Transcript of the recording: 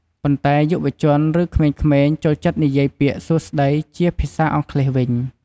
ប៉ុន្តែ យុវជន ឬ ក្មេងៗ ចូលចិត្ត និយាយពាក្យ “សួស្តី” ជាភាសាអង់គ្លេសវិញ។